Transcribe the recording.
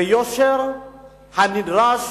ביושר הנדרש